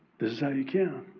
this is how you can.